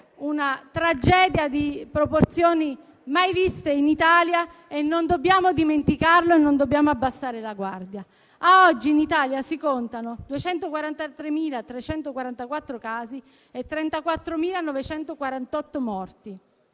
una tragedia di proporzioni mai viste in Italia, non dobbiamo dimenticarlo e non dobbiamo abbassare la guardia. Ad oggi, in Italia si contano 243.344 casi e 34.948 morti.